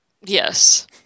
Yes